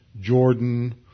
Jordan